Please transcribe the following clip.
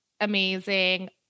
amazing